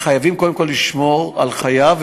שחייבים קודם כול לשמור על חייו,